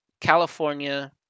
California